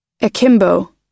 Akimbo